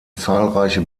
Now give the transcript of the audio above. zahlreiche